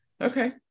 Okay